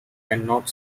cannot